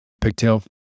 pigtail